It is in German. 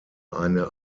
eine